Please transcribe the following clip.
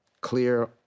clear